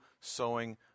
sowing